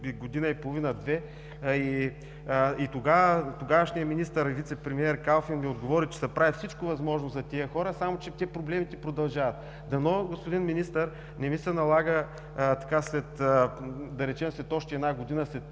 година и половина-две и тогавашния министър и вицепремиер Калфин ми отговори, че се прави всичко възможно за тези хора, само че проблемите продължават. Дано, господин Министър, не Ви се налага след още една година, след